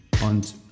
und